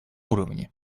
уровне